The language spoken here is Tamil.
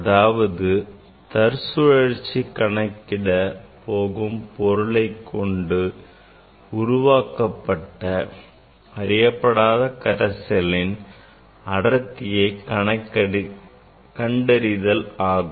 அதாவது தற்சுழற்சி கணக்கிட போகும் பொருளைக் கொண்டு உருவாக்கப்பட்ட அறியப்படாத கரைசலின் அடர்த்தியைக் கண்டறிதல் ஆகும்